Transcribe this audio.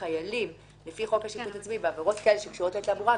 חיילים לפי חוק השיפוט הצבאי בעבירות כאלו שקשורות לתעבורה,